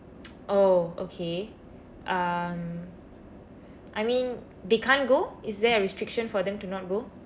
oh okay um I mean they can't go is there a restriction for them to not go